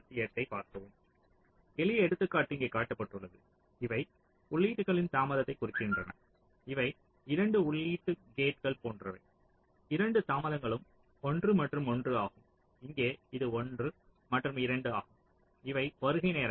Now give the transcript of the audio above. எளிய எடுத்துக்காட்டு இங்கே காட்டப்பட்டுள்ளது இவை உள்ளீடுகளின் தாமதத்தைக் குறிக்கின்றன இவை 2 உள்ளீட்டு கேட்கள் போன்றவை இரண்டு தாமதங்களும் 1 மற்றும் 1 ஆகும் இங்கே இது 1 மற்றும் 2 ஆகும் இவை வருகை நேரங்கள்